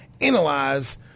analyze